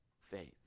faith